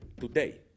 today